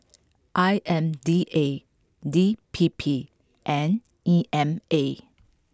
I M D A D P P and E M A